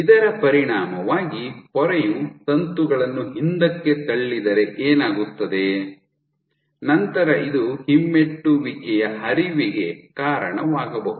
ಇದರ ಪರಿಣಾಮವಾಗಿ ಪೊರೆಯು ತಂತುಗಳನ್ನು ಹಿಂದಕ್ಕೆ ತಳ್ಳಿದರೆ ಏನಾಗುತ್ತದೆ ನಂತರ ಇದು ಹಿಮ್ಮೆಟ್ಟುವಿಕೆಯ ಹರಿವಿಗೆ ಕಾರಣವಾಗಬಹುದು